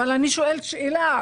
אבל אני שואלת שאלה.